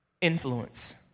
Influence